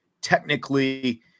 technically